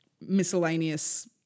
miscellaneous